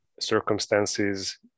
circumstances